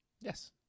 Yes